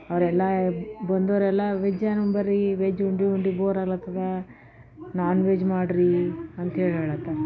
ಅವರೆಲ್ಲ ಬಂದವರೆಲ್ಲ ವೆಜ್ ಅಂಬರೀ ವೆಜ್ ಉಂಡು ಉಂಡು ಬೋರ್ ಆಗ್ಲತದ ನಾನ್ ವೆಜ್ ಮಾಡಿರಿ ಅಂತ ಹೇಳಿ ಹೇಳತ್ತಾರ